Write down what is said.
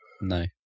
No